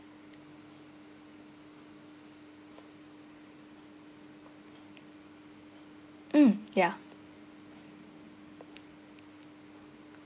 mm ya